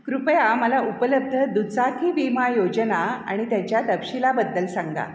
कृपया मला उपलब्ध दुजाकी विमा योजना आणि त्याच्या तपशिलाबद्दल सांगा